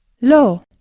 Lo